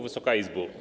Wysoka Izbo!